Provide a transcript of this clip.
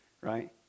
right